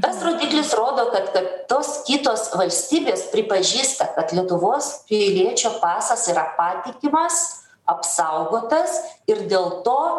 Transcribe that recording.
tas rodiklis rodo kad kad tos kitos valstybės pripažįsta kad lietuvos piliečio pasas yra patikimas apsaugotas ir dėl to